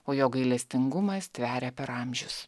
o jo gailestingumas tveria per amžius